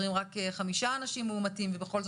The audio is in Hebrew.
הכשרות.